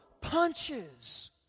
punches